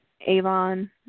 Avon